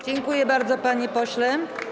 Dziękuję bardzo, panie pośle.